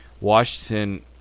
Washington